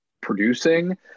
producing